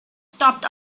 stopped